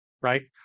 right